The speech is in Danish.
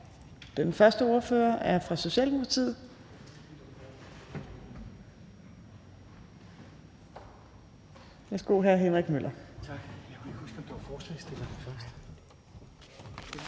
den første ordfører er fra Socialdemokratiet.